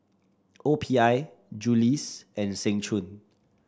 O P I Julie's and Seng Choon